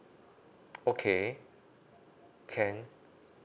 okay can